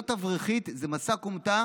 להיות אברכית זה מסע כומתה